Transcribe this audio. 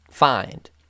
find